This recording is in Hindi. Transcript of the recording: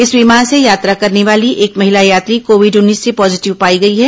इस विमान से यात्रा करने वाली एक महिला यात्री कोविड उन्नीस से पॉजीटिव पाई गई है